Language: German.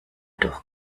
doch